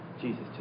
Jesus